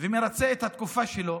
ומרצה את התקופה שלו,